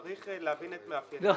צריך להבין את מאפייני התעשייה,